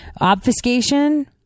Obfuscation